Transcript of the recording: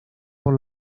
por